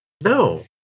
No